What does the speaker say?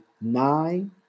nine